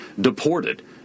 deported